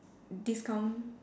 discount